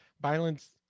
violence